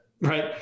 right